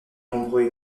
nombreux